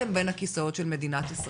נפלתם בין הכיסאות של מדינת ישראל.